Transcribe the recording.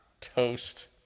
toast